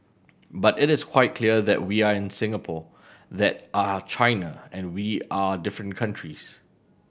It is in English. but it is quite clear that we are in Singapore that are China and we are different countries